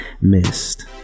missed